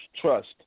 trust